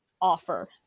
offer